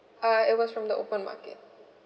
uh it was from the open market